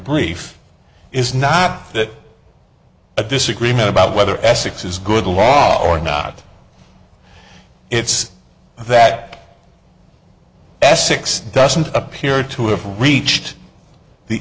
brief is not that a disagreement about whether essex is good law or not it's that essex doesn't appear to have reached the